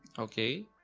okay